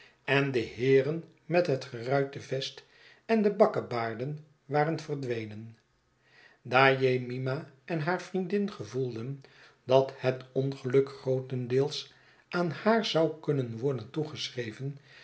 en de heeren met het geruite vest en de bakkebaarden waren verdwenen daar jemima en hare vriendin gevoelden dat het ongeluk grootendeels aan haar zou kunnen worden